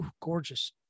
gorgeous